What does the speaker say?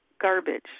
garbage